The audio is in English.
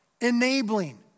enabling